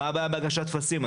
מה הבעיה בהגשת טפסים?